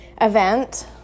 event